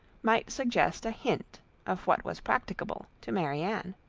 might suggest a hint of what was practicable to marianne.